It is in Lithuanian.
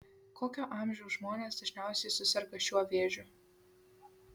kokio amžiaus žmonės dažniausiai suserga šiuo vėžiu